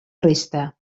resta